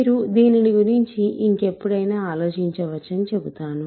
మీరు దీనినిగురించి ఇంకెప్పుడైనా ఆలోచించవచ్చని చెబుతాను